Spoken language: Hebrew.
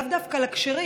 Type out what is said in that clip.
לאו דווקא לכשרים.